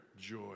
joy